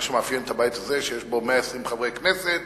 מה שמאפיין את הבית הזה, שיש בו 120 חברי כנסת